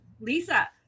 Lisa